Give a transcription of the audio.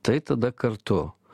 tai tada kartu